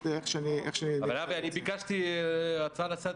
אבל, אבי, אני ביקשתי הצעה לסדר.